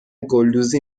گلدوزی